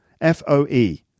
F-O-E